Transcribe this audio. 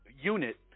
unit